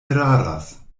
eraras